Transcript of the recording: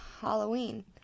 Halloween